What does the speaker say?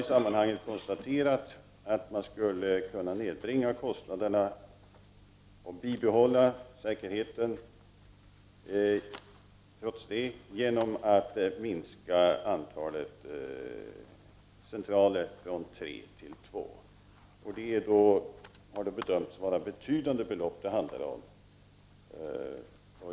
I sammanhanget har konstaterats att det går att nedbringa kostnaderna och trots det bibehålla säkerheten genom att minska antalet centraler från tre till två. Det handlar om betydande belopp.